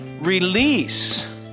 release